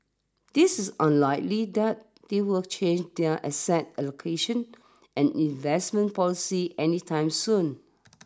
this is unlikely that they will change their asset allocation and investment policy any time soon